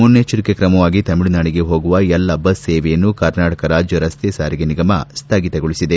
ಮುನ್ನಚ್ಲರಿಕೆ ಕ್ರಮವಾಗಿ ತಮಿಳುನಾಡಿಗೆ ಹೋಗುವ ಎಲ್ಲಾ ಬಸ್ ಸೇವೆಯನ್ನು ಕರ್ನಾಟಕ ರಾಜ್ಯ ರಸ್ತೆ ಸಾರಿಗೆ ನಿಗಮ ಸ್ವಗಿತಗೊಳಿಸಿದೆ